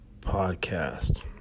podcast